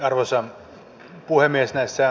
arvoisa puhemies